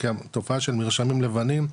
כי תופעה של מרשמים לבנים,